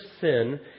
sin